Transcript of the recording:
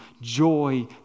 joy